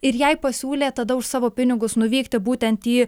ir jai pasiūlė tada už savo pinigus nuvykti būtent į